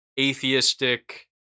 atheistic